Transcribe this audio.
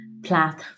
Plath